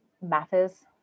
matters